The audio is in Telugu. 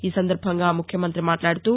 ఈ సందర్బంగా ముఖ్యమంతి మాట్లాడుతూ